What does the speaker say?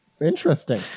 interesting